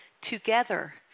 Together